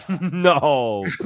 No